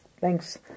thanks